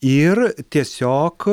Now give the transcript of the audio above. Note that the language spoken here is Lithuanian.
ir tiesiog